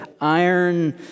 iron